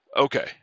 okay